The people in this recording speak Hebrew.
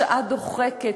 השעה דוחקת,